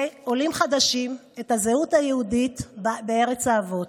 עולים חדשים, את הזהות היהודית בארץ האבות.